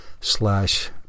slash